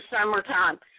summertime